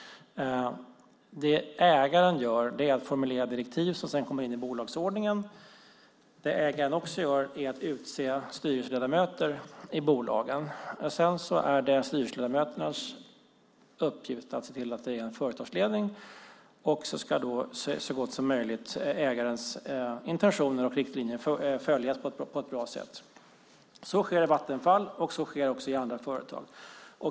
Det ägaren gör är att formulera direktiv som sedan kommer in i bolagsordningen. Det som ägaren också gör är att utse styrelseledamöter i bolagen. Sedan är det styrelseledamöternas uppgift att se till att det finns en företagsledning, och ägarens intentioner och riktlinjer ska följas på ett bra sätt. Så sker i Vattenfall och så sker också i andra företag.